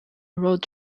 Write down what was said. road